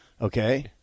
Okay